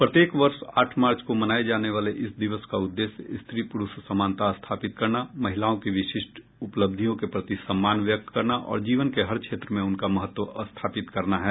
प्रत्येक वर्ष आठ मार्च को मनाये जाने वाले इस दिवस का उद्देश्य स्त्री प्रुष समानता स्थापित करना महिलाओं की विशिष्ट उपलब्धियों के प्रति सम्मान व्यक्त करना और जीवन के हर क्षेत्र में उनका महत्व स्थापित करना है